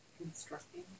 constructing